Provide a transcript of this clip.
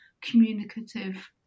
communicative